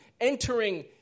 entering